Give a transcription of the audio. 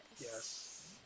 Yes